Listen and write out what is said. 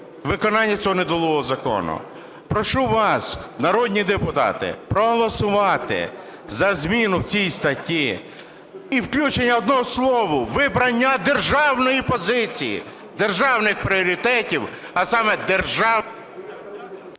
виконання цього недолугого закону. Прошу вас, народні депутати, проголосувати за зміну в цій статті і включення одного слова, обрання державної позиції, державних пріоритетів, а саме...